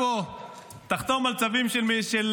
שר